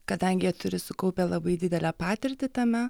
kadangi turi sukaupę labai didelę patirtį tame